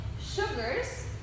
sugars